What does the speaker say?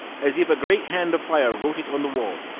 as if a great hand of fire wrote it on the wall.